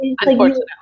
unfortunately